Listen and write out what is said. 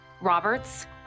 Roberts